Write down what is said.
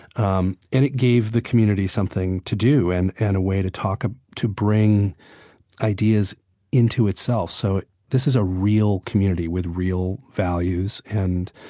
um and it gave the community something to do and and a way to talk, ah to bring ideas into itself. so this is a real community with real values and,